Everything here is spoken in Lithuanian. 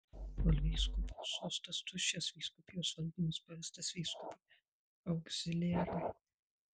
kol vyskupo sostas tuščias vyskupijos valdymas pavestas vyskupui augziliarui